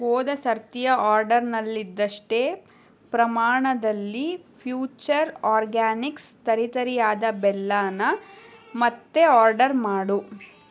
ಹೋದ ಸರತಿಯ ಆರ್ಡರ್ನಲ್ಲಿದ್ದಷ್ಟೇ ಪ್ರಮಾಣದಲ್ಲಿ ಫ್ಯೂಚರ್ ಆರ್ಗ್ಯಾನಿಕ್ಸ್ ತರಿತರಿಯಾದ ಬೆಲ್ಲಾನ ಮತ್ತೆ ಆರ್ಡರ್ ಮಾಡು